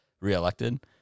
reelected